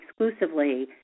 exclusively